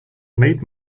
made